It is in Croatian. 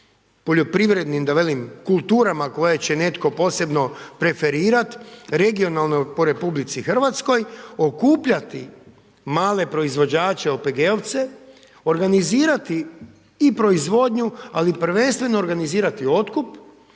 poljoprivrednim, da velim kulturama, koje će netko posebno preferirat, regionalno po RH, okupljati male proizvođače, OPG-ovce, organizirati i proizvodnju, ali prvenstveno organizirati otkup,